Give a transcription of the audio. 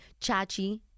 Chachi